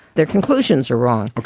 their conclusions are wrong.